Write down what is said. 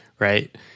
right